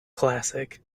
classic